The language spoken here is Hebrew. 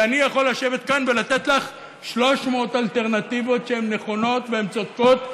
כי אני יכול לשבת כאן ולתת לך 300 אלטרנטיבות שהן נכונות והן צודקות,